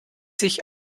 sich